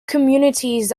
communities